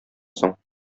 соң